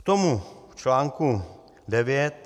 K tomu článku 9.